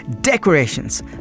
decorations